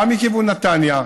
גם מכיוון נתניה.